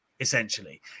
essentially